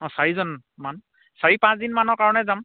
অ' চাৰিজনমান চাৰি পাঁচদিন মানৰ কাৰণে যাম